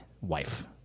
wife